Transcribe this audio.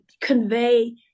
convey